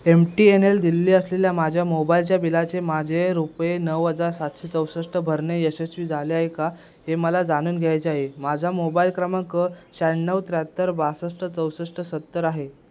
M T N L Delhi असलेल्या माझ्या मोबाईलच्या बिलाचे माझे रुपये नऊ हजार सातशे चौसष्ट भरणे यशस्वी झाले आहे का हे मला जाणून घ्यायचे आहे माझा मोबाईल क्रमांक शहाण्णव त्र्याहत्तर बासष्ट चौसष्ट सत्तर आहे